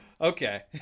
okay